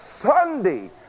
sunday